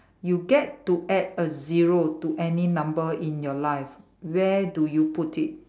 you get to add a zero to any number in your life where do you put it